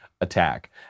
attack